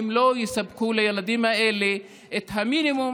הם לא יספקו לילדים האלה את המינימום